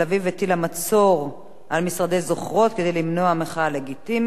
הטילה מצור על משרדי "זוכרות" כדי למנוע מחאה לגיטימית,